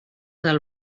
del